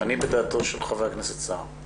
אני בדעתו של ח"כ סער.